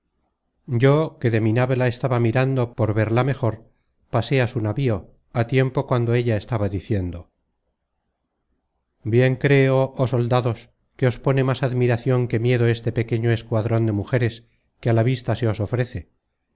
yo que de mi nave la estaba mirando por verla mejor pasé á su navío á tiempo cuando ella estaba diciendo bien creo oh soldados que os pone más admiracion que miedo este pequeño escuadron de mujeres que a la vista se os ofrece